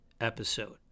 episode